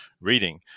reading